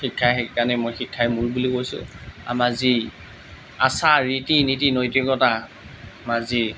শিক্ষা সেইকাৰণেই মই শিক্ষাই মূল বুলি কৈছোঁ আমাৰ যি আচাৰ ৰীতি নীতি নৈতিকতা আমাৰ যি